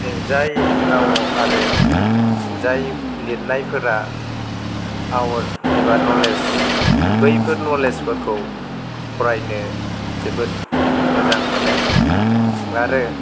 जाय राव आरो जाय लिरनायफोरा पावार एबा नलेज बैफोर नलेजफोरखौ फरायनो जोबोद मोजां मोनो आरो